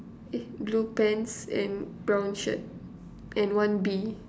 eh blue pants and brown shirt and one B